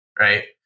Right